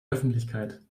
öffentlichkeit